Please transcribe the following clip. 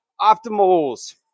Optimals